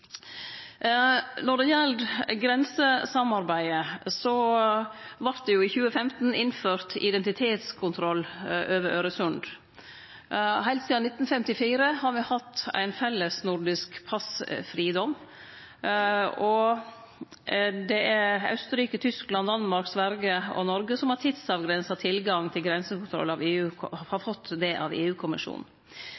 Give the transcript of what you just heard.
Når det gjeld grensesamarbeidet, vart det i 2015 innført identitetskontroll over Øresund. Heilt sidan 1954 har me hatt ein felles nordisk passfridom. Det er Austerrike, Tyskland, Danmark, Sverige og Noreg som av EU-kommisjonen har fått tidsavgrensa tilgang til grensekontroll.